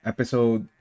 Episode